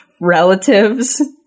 relatives